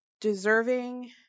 deserving